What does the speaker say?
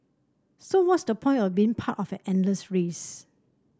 so what's the point of being part of an endless race